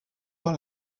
par